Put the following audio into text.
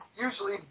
Usually